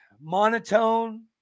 monotone